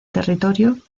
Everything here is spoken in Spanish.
territorio